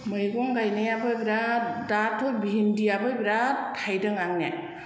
मैगं गायनायाबो बिराद दाथ' भिन्दियाबो बिराद थाइदों आंने